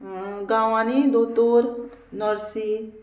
गांवांनी दोतोर नर्सी